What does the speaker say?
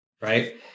right